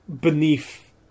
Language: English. beneath